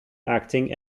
acting